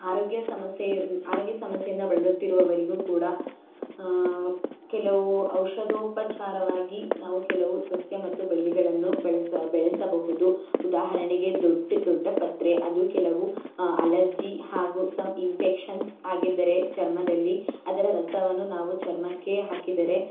ಆರೋಗ್ಯ ಸಮಸ್ಯೆ ಆರೋಗ್ಯ ಸಮಸ್ಯೆಯಿಂದ ಬಳಲುತ್ತಿರುವರಿಗೂ ಕೂಡ ಕೆಲವು ಔಷಧೋಪಚಾರವಾಗಿ ನಾವು ಕೆಲವು ಸಸ್ಯ ಮತ್ತು ಬೆಳ್ಳಿಗಳನ್ನು ಬಳಸ ಬೆಳೆಸಬಹುದು ಉದಾಹರಣೆಗೆ ದೊಡ್ಡ ದೊಡ್ಡಪತ್ರೆ ಅದು ಕೆಲವು ಅಲರ್ಜಿ ಹಾಗೂ ಸಮ್ ಇನ್ಫೆಕ್ಷನ್ಸ್ ಆಗಿದ್ದರೆ ಚರ್ಮದಲ್ಲಿ ಅದರ ರಸವನ್ನು ನಾವು ಚರ್ಮಕ್ಕೆ ಹಾಕಿದರೆ